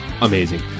amazing